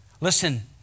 Listen